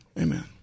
Amen